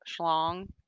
schlong